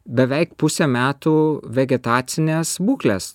beveik pusę metų vegetacinės būklės